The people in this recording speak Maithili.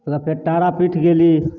ओकरबाद फेर तारापीठ गेली